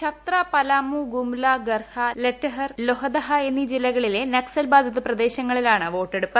ഛത്ര പലാമു ഗുംല ഗർഹ ലെറ്റഹർ ലൊഹദഹ എന്നീ ജില്ലകളിലെ നക്സൽ ബാധിത പ്രദേശങ്ങളിലാണ് വോട്ടെടുപ്പ്